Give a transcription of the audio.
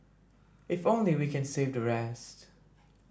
if only we can save the rest